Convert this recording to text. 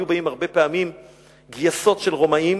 היו באים הרבה פעמים גייסות של רומאים,